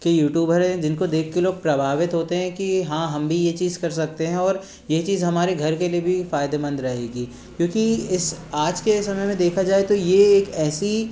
के यूटूबर हैं जिनको देख के लोग प्रभावित होते हैं कि हाँ हम भी ये चीज़ कर सकते हैं और यही चीज़ हमारे घर के लिए भी फायदेमंद रहेगी क्योंकि इस आज के समय में देखा जाए तो ये एक ऐसी